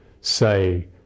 say